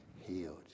healed